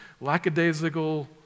lackadaisical